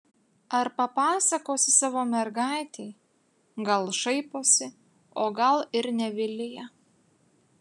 ar papasakosi savo mergaitei gal šaiposi o gal ir ne vilija